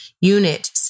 Unit